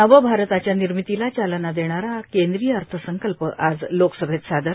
नव भारताच्या निर्मितीला चालना देणारा केंद्रीय अर्थसंकल्प आज लोकसभेत सादर